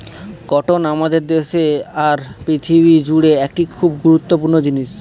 cotton আমাদের দেশে আর পৃথিবী জুড়ে একটি খুব গুরুত্বপূর্ণ জিনিস